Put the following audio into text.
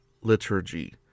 liturgy